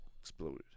exploded